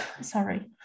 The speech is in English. sorry